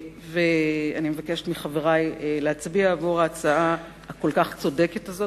אני מבקשת מחברי להצביע עבור ההצעה הכל כך צודקת הזו,